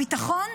הביטחון,